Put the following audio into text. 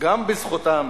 גם בזכותם